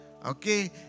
Okay